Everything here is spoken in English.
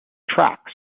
tracks